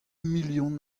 million